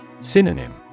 Synonym